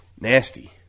Nasty